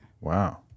Wow